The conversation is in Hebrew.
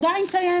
היא עדיין קיימת.